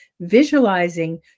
visualizing